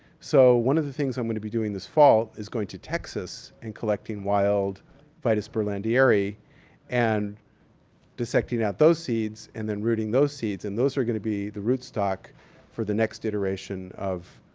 so, one of the things i'm gonna be doing this fall is going to texas and collecting wild vitis berlandieri and dissecting out those seeds and then rooting those seeds. and those are gonna be the root stock for the next iteration of